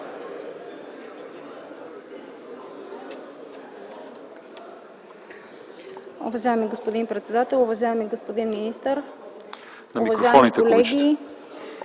Уважаеми господин председател, уважаеми господин министър, уважаеми колеги.